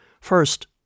First